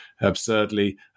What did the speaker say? absurdly